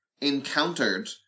encountered